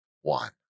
one